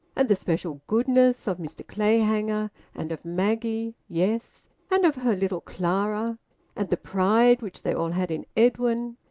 and the special goodness of mr clayhanger and of maggie, yes, and of her little clara and the pride which they all had in edwin,